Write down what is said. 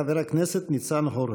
חבר הכנסת ניצן הורוביץ.